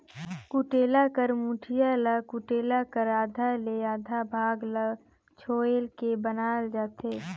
कुटेला कर मुठिया ल कुटेला कर आधा ले आधा भाग ल छोएल के बनाल जाथे